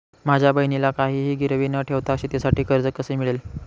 माझ्या बहिणीला काहिही गिरवी न ठेवता शेतीसाठी कर्ज कसे मिळेल?